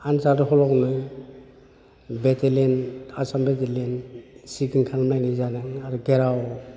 आन्जाद हलावनो बेटेलेन आसाम बेटेलेन चेकिं खालामलायनाय जादों आरो गेराव